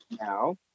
now